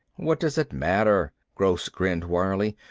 what does it matter? gross grinned wryly.